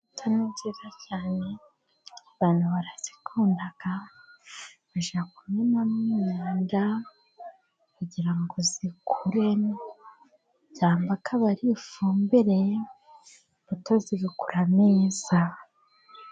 Inyanya ni nziza cyane abantu barazikunda, bajya kumenemo imyanda kugira ngo zikure, cyangwa ikaba ari ifumbire imbuto zigakura neza.